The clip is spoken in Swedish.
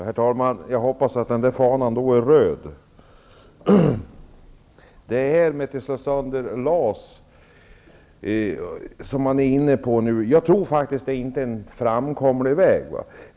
Herr talman! Jag hoppas att fanan då är röd. Att slå sönder LAS, som regeringen nu är inne på, tror jag inte är en framkomlig väg.